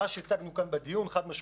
אבל מה שהצגנו כאן בדיון הוא חד-משמעי: